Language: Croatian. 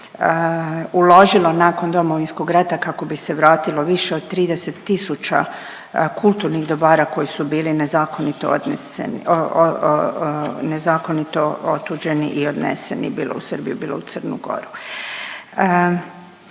uložilo nakon Domovinskog rata kako bi se vratilo više od 30 tisuća kulturnih dobara koji su bili nezakonito odneseni, nezakonito